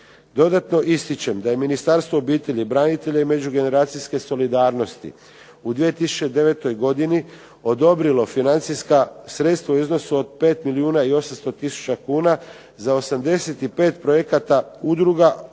Dodatno ističem da je Ministarstvo obitelji, branitelja i međugeneracijske solidarnosti u 2009. godini odobrilo financijska sredstva u iznosu od 5 milijuna i 800000 kn za 85 projekata udruga